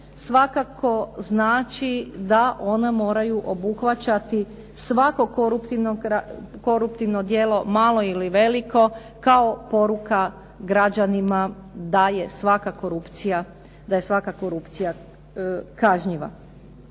svakako znači da ona moraju obuhvaćati svako koruptivno djelo, malo ili veliko, kao poruka građanima da je svaka korupcija kažnjiva.